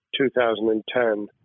2010